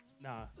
Nah